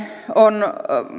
on